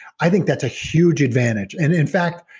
i think that's a huge advantage. and in fact,